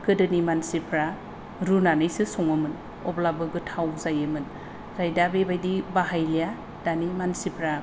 गोदोनि मानसिफ्रा रुनानैसो सङोमोन अब्लाबो गोथाव जायोमोन ओमफ्राय दा बेबायदि बाहायलिया दानि मानसिफ्रा